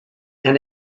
and